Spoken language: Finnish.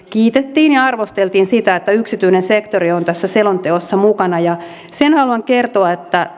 kiitettiin ja arvosteltiin sitä että yksityinen sektori on tässä selonteossa mukana sen haluan kertoa että